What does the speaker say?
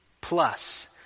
plus